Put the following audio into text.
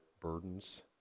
burdens